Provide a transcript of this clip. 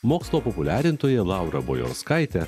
mokslo populiarintoja laura bujauskaite